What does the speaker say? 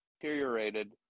deteriorated